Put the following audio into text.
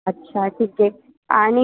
अच्छा ठीक आहे आणि